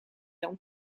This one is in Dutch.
dan